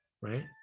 right